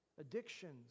addictions